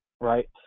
right